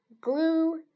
Glue